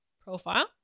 profile